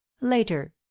later